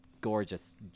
gorgeous